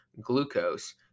glucose